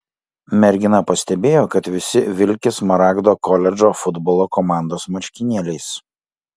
mergina pastebėjo kad visi vilki smaragdo koledžo futbolo komandos marškinėliais